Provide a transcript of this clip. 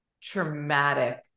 traumatic